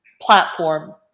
platform